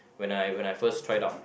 when I when I first tried out